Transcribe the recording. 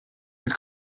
nel